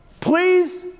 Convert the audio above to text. Please